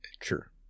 sure